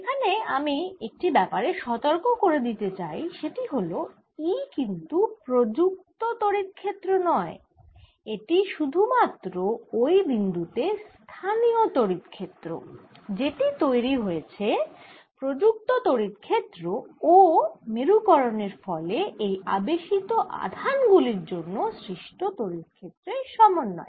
এখানে আমি একটি ব্যাপারে সতর্ক করে দিতে চাই সেটি হল E কিন্তু প্রযুক্ত তড়িৎ ক্ষেত্র নয় এটি শুধু মাত্র ওই বিন্দু তে স্থানীয় তড়িৎ ক্ষেত্র যেটি তৈরি হয়েছে প্রযুক্ত তড়িৎ ক্ষেত্র ও মেরুকরনের ফলে এই আবেশিত আধান গুলির জন্য সৃষ্ট তড়িৎ ক্ষেত্রের সমন্বয়ে